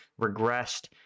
regressed